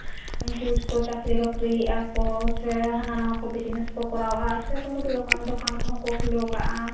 ᱩᱱᱠᱩ ᱠᱚ ᱪᱟᱹᱠᱨᱤ ᱵᱟᱹᱠᱨᱤᱭᱮᱫᱼᱟ ᱠᱚ ᱥᱮ ᱦᱟᱱᱟ ᱱᱟᱣᱟ ᱠᱚ ᱵᱤᱡᱽᱱᱮᱥ ᱠᱚ ᱠᱚᱨᱟᱣᱟ ᱥᱮ ᱠᱚ ᱚᱠᱚᱭ ᱠᱚᱫᱚ ᱫᱚᱠᱟᱱᱼᱫᱚᱠᱟᱱ ᱠᱚᱦᱚᱸ ᱠᱚ ᱠᱷᱩᱞᱟᱹᱣ ᱠᱟᱜᱼᱟ